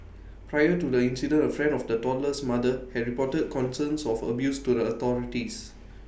prior to the incident A friend of the toddler's mother had reported concerns of abuse to the authorities